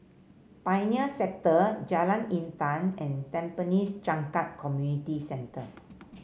Pioneer Sector Jalan Intan and Tampines Changkat Community Centre